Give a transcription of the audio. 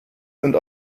sind